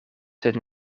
sed